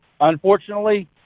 unfortunately